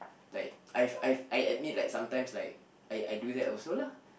like I I I admit like sometimes I I I do that also lah